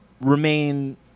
remain